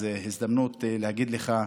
זו הזדמנות להגיד לך: